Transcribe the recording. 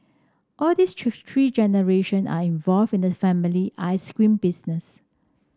all this three three generation are involved in the family ice cream business